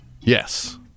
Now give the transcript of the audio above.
Yes